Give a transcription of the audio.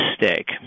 Mistake